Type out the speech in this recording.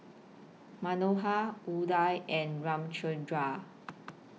Manohar Udai and Ramchundra